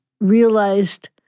realized